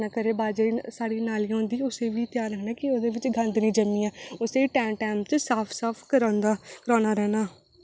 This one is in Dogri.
ते जेल्लै आऽ सारे ते सारें नै में रुट्टी खाद्धी उ'नें बड़ा शैल लग्गेआ ते उनें आक्खेआ की रुट्टी ते बड़ी सोआद बनी दी